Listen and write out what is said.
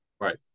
Right